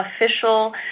official